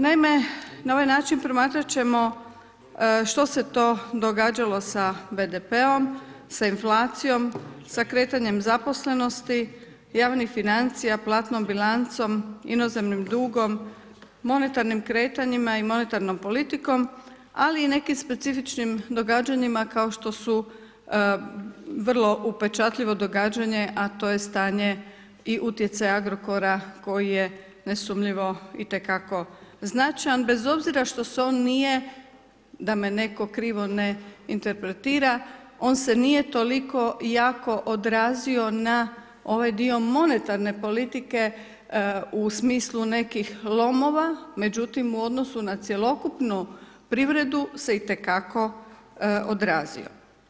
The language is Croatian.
Naime, na ovaj način promatrat ćemo što se to događalo sa BDP-om, sa inflacijom, sa kretanjem zaposlenosti, javnih financija, platnom bilancom, inozemnim dugom, monetarnim kretanjima i monetarnom politikom ali i nekim specifičnim događanjima kao što su vrlo upečatljiva događanje a to je stanje i utjecaj Agrokora koji je nesumnjivo itekako značajan bez obzira što se on nije da ne netko krivo ne interpretira, on se nije toliko jako odrazio na ovaj dio monetarne politike u smislu nekih lomova, međutim u odnosu na cjelokupnu privredu se itekako odrazio.